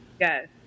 Yes